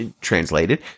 translated